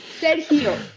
Sergio